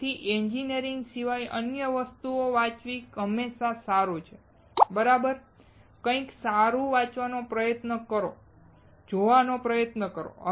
તેથી એન્જિનિયરિંગ સિવાય અન્ય વસ્તુઓ વાંચવી હંમેશાં સારું છે બરાબર કંઇક સાચું વાંચવાનો પ્રયત્ન કરો જોવાનો પ્રયત્ન કરો